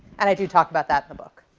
and i do talk about that in the book.